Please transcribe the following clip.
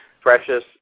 precious